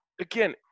Again